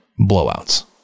blowouts